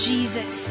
Jesus